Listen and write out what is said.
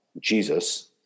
Jesus